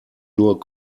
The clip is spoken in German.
nur